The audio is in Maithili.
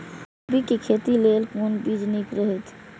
कोबी के खेती लेल कोन बीज निक रहैत?